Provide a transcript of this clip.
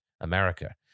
America